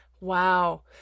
Wow